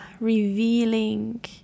revealing